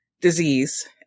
disease